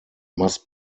must